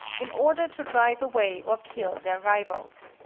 in order to drive away or kill their rivals,